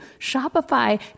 Shopify